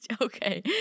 Okay